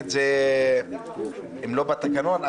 אם לא בתקנון,